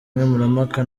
nkemurampaka